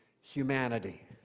humanity